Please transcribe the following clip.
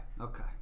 okay